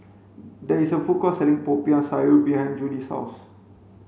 there is a food court selling popiah sayur behind Juli's house